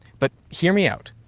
but hear me out,